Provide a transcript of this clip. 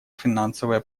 финансовая